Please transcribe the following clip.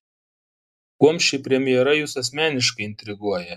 kuom ši premjera jus asmeniškai intriguoja